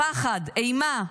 פחד, אימה.